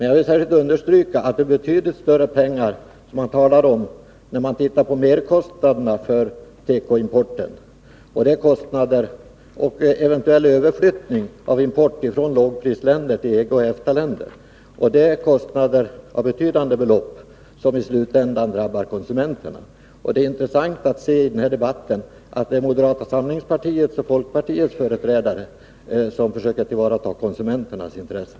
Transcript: Jag vill särskilt understryka att det handlar om betydligt större belopp när man tittar på merkostnaderna för tekoimporten vid en eventuell överflyttning av importen från lågprisländer till EG och EFTA-länder. Dessa kostnader, som uppgår till avsevärda belopp, drabbar i slutändan konsumenterna. Det är värt att notera att det i denna debatt är moderata samlingspartiets och folkpartiets företrädare som försöker tillvarata konsumenternas intressen.